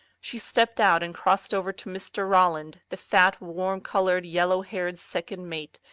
she stepped out and crossed over to mr. ralland, the fat, warm coloured, yellow-haired second mate,